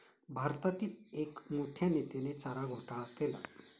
भारतातील एक मोठ्या नेत्याने चारा घोटाळा केला